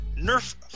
nerf